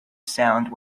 sound